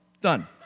done